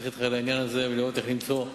אתך על העניין הזה ולראות איך למצוא פתרון.